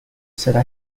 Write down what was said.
será